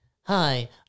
Hi